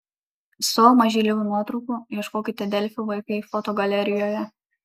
savo mažylių nuotraukų ieškokite delfi vaikai fotogalerijoje